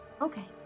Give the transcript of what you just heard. Okay